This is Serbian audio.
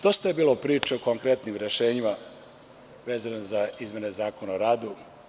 Dosta je bilo priče o konkretnim rešenjima vezane za izmene Zakona o radu.